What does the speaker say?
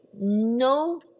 no